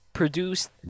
Produced